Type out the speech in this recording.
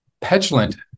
petulant